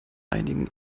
einigen